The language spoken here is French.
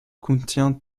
contient